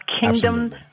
kingdom